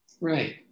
Right